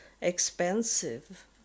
expensive